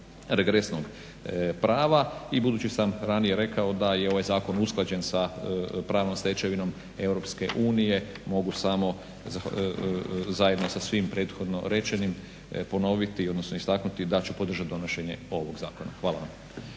regresnog prava. I budući sam ranije rekao da je ovaj zakon usklađen sa pravnom stečevinom EU mogu samo zajedno sa svim prethodno rečenim ponoviti, odnosno istaknuti da ću podržati donošenje ovog zakona. Hvala vam.